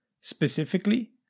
Specifically